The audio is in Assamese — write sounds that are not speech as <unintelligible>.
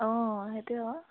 অঁ সেইটোৱ <unintelligible>